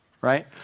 right